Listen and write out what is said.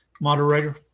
moderator